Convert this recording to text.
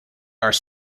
are